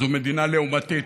זו מדינה לעומתית,